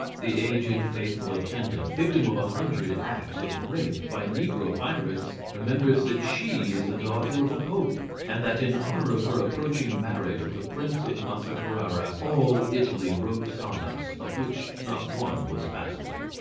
the aged faithful attendant, victim of a hundred acts of rape by negro pirates, remembers that she is the daughter of a pope, and that in honor of her approaching marriage with a prince of massa-carrara all italy wrote sonnets of which not one was passable.